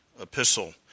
epistle